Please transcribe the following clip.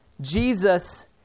Jesus